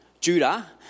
Judah